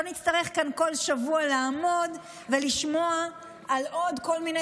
לא נצטרך כאן כל שבוע לעמוד ולשמוע על עוד כל מיני